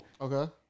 Okay